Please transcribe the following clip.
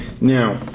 Now